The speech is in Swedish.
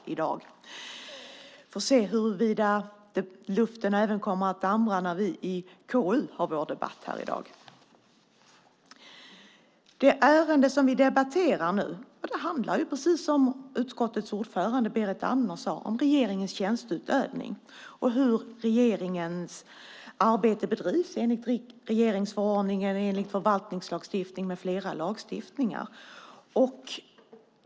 Vi får se huruvida luften kommer att darra även när vi i KU har vår debatt här i dag. Det ärende som vi nu debatterar handlar, precis som utskottets ordförande Berit Andnor sade, om regeringens tjänsteutövning och om hur regeringens arbete bedrivs enligt regeringsformen, förvaltningslagstiftningen med flera lagstiftningar.